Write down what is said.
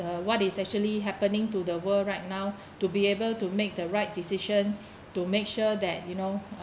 uh what is actually happening to the world right now to be able to make the right decision to make sure that you know